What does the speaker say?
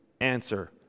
answer